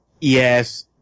Yes